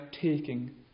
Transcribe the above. taking